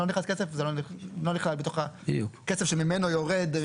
לא נכנס כסף זה לא נכלל בתוך הכסף שממנו יורד.